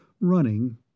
Running